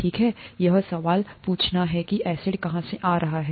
ठीक है यह सवाल पूछना है किएसिड कहां से आ रहा है